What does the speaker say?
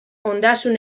ondasun